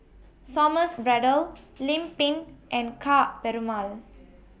Thomas Braddell Lim Pin and Ka Perumal